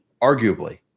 arguably